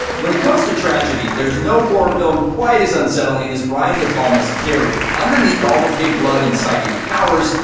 when it comes to tragedy, there's no horror film quite as upsetting as brian de palma's carrie. underneath all the pig blood and so like powers,